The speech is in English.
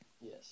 Yes